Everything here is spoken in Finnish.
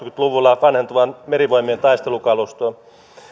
luvulla vanhentuva merivoimien taistelukalusto